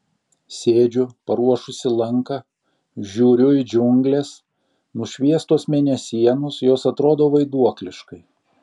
sėdžiu paruošusi lanką žiūriu į džiungles nušviestos mėnesienos jos atrodo vaiduokliškai